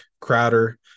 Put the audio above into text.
Crowder